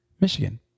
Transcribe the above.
Michigan